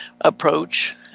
approach